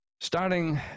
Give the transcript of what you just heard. Starting